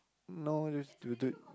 no use to do it